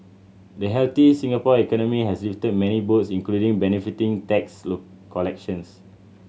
the healthy Singapore economy has lifted many boats including benefiting tax collections